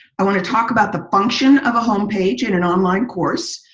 i want to talk about the function of a home page in an online course.